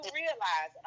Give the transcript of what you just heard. realize